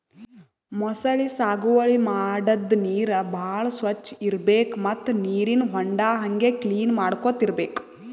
ಮೊಸಳಿ ಸಾಗುವಳಿ ಮಾಡದ್ದ್ ನೀರ್ ಭಾಳ್ ಸ್ವಚ್ಚ್ ಇರ್ಬೆಕ್ ಮತ್ತ್ ನೀರಿನ್ ಹೊಂಡಾ ಹಂಗೆ ಕ್ಲೀನ್ ಮಾಡ್ಕೊತ್ ಇರ್ಬೆಕ್